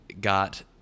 got